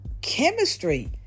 chemistry